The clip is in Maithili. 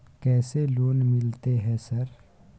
कैसे लोन मिलते है सर?